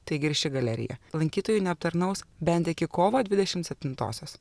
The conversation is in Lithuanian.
taigi ir ši galerija lankytojų neaptarnaus bent iki kovo dvidešimt septintosios